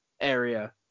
area